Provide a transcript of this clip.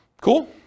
Cool